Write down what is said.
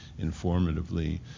informatively